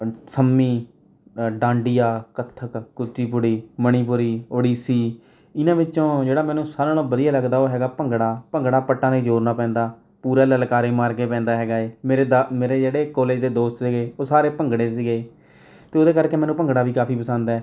ਪੰ ਸੰਮੀ ਡਾਂਡੀਆ ਕੱਥਕ ਕੁਚੀਪੁੜੀ ਮਣੀਪੁਰੀ ਉਡੀਸੀ ਇਹਨਾਂ ਵਿੱਚੋਂ ਜਿਹੜਾ ਮੈਨੂੰ ਸਾਰਿਆਂ ਨਾਲੋਂ ਵਧੀਆ ਲੱਗਦਾ ਉਹ ਹੈਗਾ ਭੰਗੜਾ ਭੰਗੜਾ ਪੱਟਾਂ ਦੇ ਜ਼ੋਰ ਨਾਲ ਪੈਂਦਾ ਪੂਰਾ ਲਲਕਾਰੇ ਮਾਰ ਕੇ ਪੈਂਦਾ ਹੈਗਾ ਹੈ ਮੇਰੇ ਦਾ ਮੇਰੇ ਜਿਹੜੇ ਕਾਲਜ ਦੇ ਦੋਸਤ ਸੀਗੇ ਉਹ ਸਾਰੇ ਭੰਗੜੇ ਦੇ ਸੀਗੇ ਅਤੇ ਉਹਦੇ ਕਰਕੇ ਮੈਨੂੰ ਭੰਗੜਾ ਵੀ ਕਾਫੀ ਪਸੰਦ ਹੈ